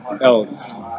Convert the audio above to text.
else